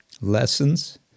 lessons